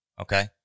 okay